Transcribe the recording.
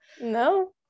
No